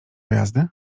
jazdy